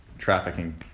Trafficking